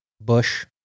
Bush